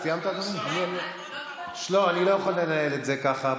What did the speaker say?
אני לא יכול לנהל את זה ככה.